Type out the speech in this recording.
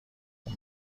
اون